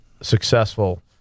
successful